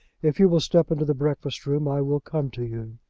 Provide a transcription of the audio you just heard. if you will step into the breakfast-room i will come to you.